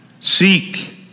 Seek